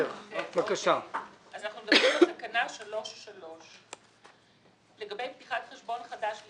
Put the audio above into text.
אנחנו מדברים על תקנה 3(3). "לגבי פתיחת חשבון חדש של